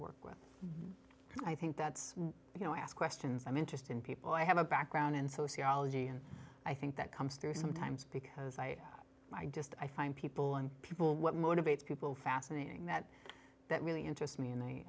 work with and i think that's you know ask questions i'm interested in people i have a background in sociology and i think that comes through sometimes because i i just i find people and people what motivates people fascinating that that really interests me and